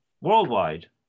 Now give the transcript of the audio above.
worldwide